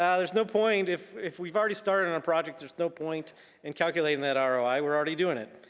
um there's no point if if we've already started on a project, there's no point in calculating that um roi. we're already doing it.